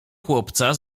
chłopca